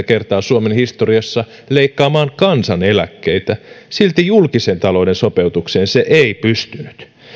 kertaa suomen historiassa leikkaamaan kansaneläkkeitä silti julkisen talouden sopeutukseen se ei pystynyt